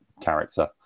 character